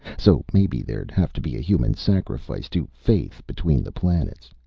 so maybe there'd have to be human sacrifices to faith between the planets.